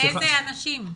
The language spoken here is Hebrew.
עם איזה אנשים?